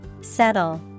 Settle